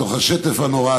בתוך השטף הנורא,